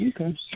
okay